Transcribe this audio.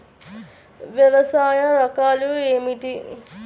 వ్యవసాయ రకాలు ఏమిటి?